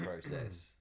process